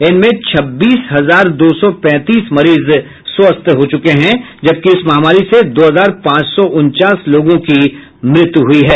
इनमें छब्बीस हजार दो सौ पैंतीस मरीज स्वस्थ हो चुके हैं जबकि इस महामारी से दो हजार पांच सौ उनचास लोगों की मृत्यु हुई है